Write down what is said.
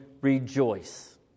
rejoice